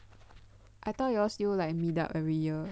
I thought you all still like meet up every year